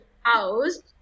house